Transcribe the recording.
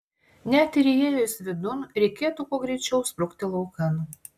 net ir įėjus vidun reikėtų kuo greičiau sprukti laukan